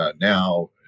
now